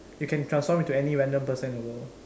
you can transform into any random person in the world